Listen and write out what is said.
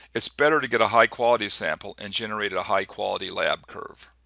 it's better to get a high quality sample and generate a high quality lab curve.